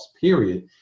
period